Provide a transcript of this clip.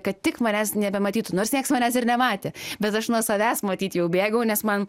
kad tik manęs nebematytų nors nieks manęs ir nematė bet aš nuo savęs matyt jau bėgau nes man